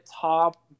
top